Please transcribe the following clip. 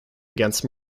against